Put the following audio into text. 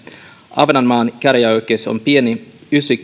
ahvenanmaan käräjäoikeus on pieni